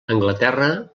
anglaterra